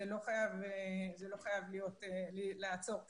זה לא חייב לעצור כאן,